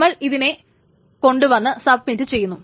നമ്മൾ അതിനെ കൊണ്ടുവന്ന് സബ്മീറ്റ് ചെയ്യുന്നു